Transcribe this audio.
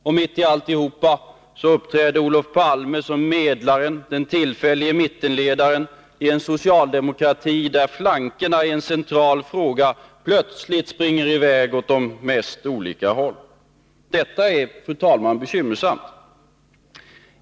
Och mitt i alltihop uppträder Olof Palme som medlaren, den tillfällige mittenledaren i en socialdemokrati, där flankerna i en central fråga plötsligt springer i väg åt de mest olika håll. Detta är, fru talman, bekymmersamt.